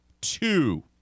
Two